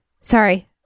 Sorry